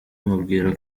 mubwira